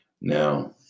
Now